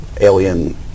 alien